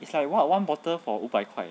it's like what one bottle for 五百块 eh